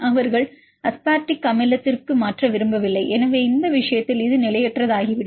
அவர்கள் அஸ்பார்டிக் அமிலத்திற்கு மாற்ற விரும்பவில்லை எனவே இந்த விஷயத்தில் இது நிலையற்றதாகிவிடும்